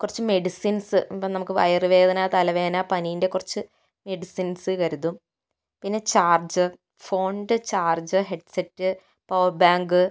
കുറച്ച് മെഡിസിൻസ് ഇപ്പോൾ നമുക്ക് വയറ് വേദന തലവേദന പനീൻ്റെ കുറച്ച് മെഡിസിൻസ് കരുതും പിന്നെ ചാർജർ ഫോണിൻ്റെ charger headset power bank